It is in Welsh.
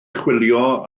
chwilio